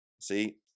See